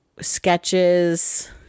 sketches